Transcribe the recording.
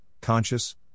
conscious